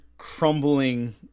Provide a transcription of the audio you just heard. crumbling